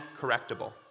correctable